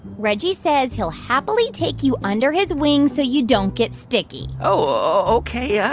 reggie says he'll happily take you under his wing so you don't get sticky oh, ok. yeah